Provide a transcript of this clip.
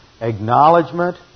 acknowledgement